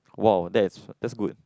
!wow! that's that's good